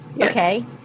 okay